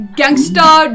gangster